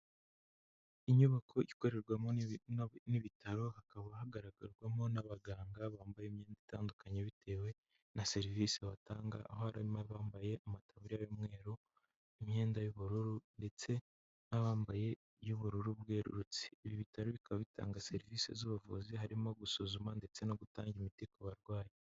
Inyubako ikorerwamo n'ibi n'aba n'ibitaro hakaba hagaragarwamo n'abaganga bambaye imyenda itandukanye bitewe na serivisi batanga, aho harimo abambaye amataburiya y'umweru, imyenda y'ubururu ndetse n'abambaye iy'ubururu bwerurutse. Ibi bitaro bikaba bitanga serivisi z'ubuvuzi harimo gusuzuma ndetse no gutanga imiti ku barwayi.